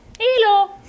hello